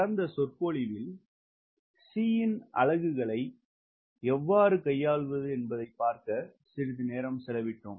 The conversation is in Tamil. கடந்த சொற்பொழிவில் C இன் அலகுகளை எவ்வாறு கையாள்வது என்பதைப் பார்க்க சிறிது நேரம் செலவிட்டோம்